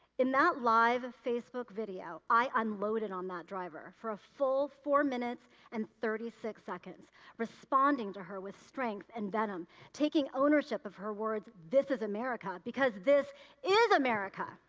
in that live facebook video i unloaded on that driver for a full four minutes and thirty six seconds responding to her with strength and ven um taking ownership of her words, this is america, because this is america.